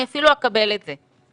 אני אפילו אקבל את זה.